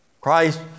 Christ